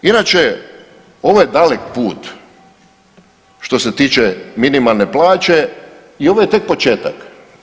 Inače, ovo je dalek put što se tiče minimalne plaće i ovo je tek početak.